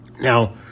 Now